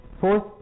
Fourth